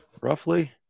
roughly